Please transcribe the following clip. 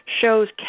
shows